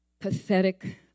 pathetic